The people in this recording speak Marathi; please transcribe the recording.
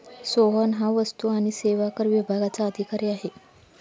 सोहन हा वस्तू आणि सेवा कर विभागाचा अधिकारी आहे